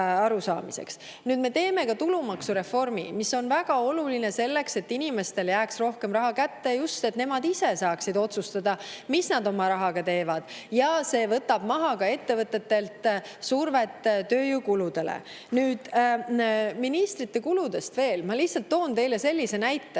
Me teeme ka tulumaksureformi, mis on väga oluline selleks, et inimestele jääks rohkem raha kätte, et nemad just ise saaksid otsustada, mida nad oma rahaga teevad. See võtab ka ettevõtetel maha survet tööjõukuludele. Nüüd ministrite kuludest veel. Ma lihtsalt toon teile sellise näite.